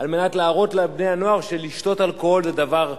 על מנת להראות לבני-הנוער שלשתות אלכוהול זה דבר "קולי",